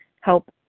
help